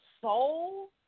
soul